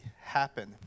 happen